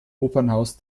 opernhaus